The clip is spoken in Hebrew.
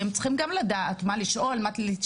הם צריכים גם לדעת מה לשאול, מה הם יישאלו.